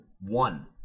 one